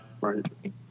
right